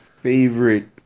favorite